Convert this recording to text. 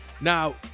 Now